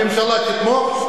הממשלה תתמוך?